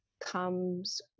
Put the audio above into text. comes